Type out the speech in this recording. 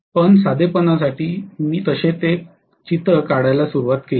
पण साधेपणासाठी मी तसे चित्र काढायला सुरुवात केली